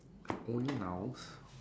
only nouns